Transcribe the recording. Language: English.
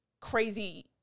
crazy